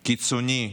קיצוני,